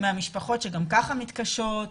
מהמשפחות שגם ככה מתקשות,